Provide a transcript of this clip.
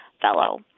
fellow